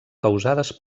causades